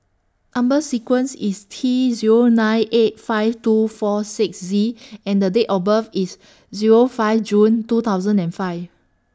Number sequence IS T Zero nine eight five two four six Z and The Date of birth IS Zero five June two thousand and five